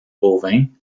bovin